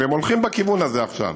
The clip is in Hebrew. והם הולכים בכיוון הזה עכשיו.